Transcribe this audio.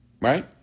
right